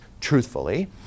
truthfully